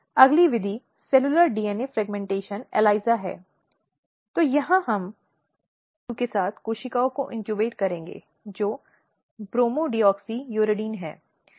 इसलिए बालिकाओं को विशेष रूप से इस प्रकार के सुरक्षा उपायों की अनुमति देनी चाहिए